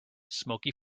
smoky